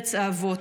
בארץ האבות,